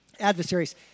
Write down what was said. Adversaries